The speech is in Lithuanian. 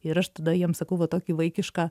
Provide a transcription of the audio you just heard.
ir aš tada jiem sakau va tokį vaikišką